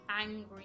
angry